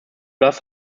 das